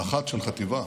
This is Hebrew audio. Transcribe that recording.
מח"ט של חטיבה.